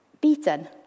beaten